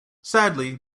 sadly